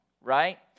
right